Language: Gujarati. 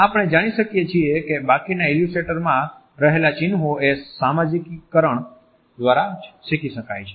આપણે જાણી શકીએ છીએ કે બાકીના ઈલ્યુસ્ટ્રેટર્સમાં રહેલા ચિન્હો એ સામાજીકરણ દ્વારા જ શીખી શકાય છે